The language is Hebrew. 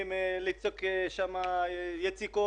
צריכים ליצוק שם יציקות,